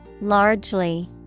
largely